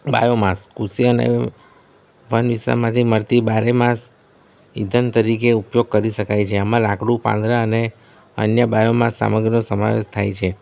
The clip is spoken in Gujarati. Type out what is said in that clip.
બાયો માસ કૃષિ અને વન વિશ્વમાંથી મળતી બારે માસ ઈંધણ તરીકે ઉપયોગ કરી શકાય છે આમાં લાકડું પાંદડાં અને અન્ય બાયોમાસ સામગ્રીનો સમાવેશ થાય છે